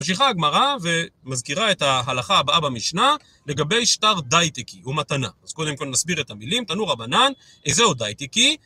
ממשיכה הגמרא ומזכירה את ההלכה הבאה במשנה לגבי שטר דייטיקי, הוא מתנה. אז קודם כל נסביר את המילים, תנו רבנן, איזה הוא דייטיקי